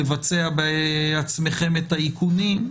לבצע בעצמכם את האיכונים.